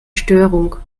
störung